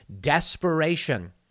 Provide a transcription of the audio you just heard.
desperation